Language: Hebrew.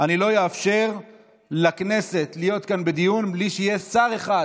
אני לא אאפשר לכנסת להיות כאן בדיון בלי שיהיה שר אחד